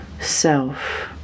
self